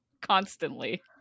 Constantly